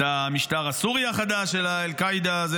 את המשטר הסורי החדש של אל-קעידה הזה,